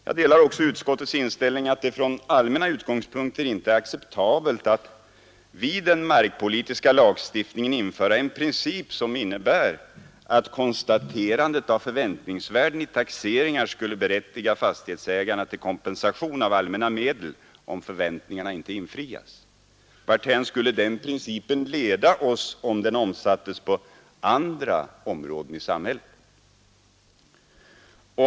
Jag delar också utskottets inställning att det från allmänna utgångspunkter inte är acceptabelt att i den markpolitiska lagstiftningen införa en princip som innebär, att konstaterandet av förväntningsvärden i taxeringar skulle berättiga fastighetsägarna till kompensation av allmänna medel om förväntningarna inte infrias. Varthän skulle den principen leda oss om den omsattes på andra områden i samhället?